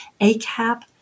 ACAP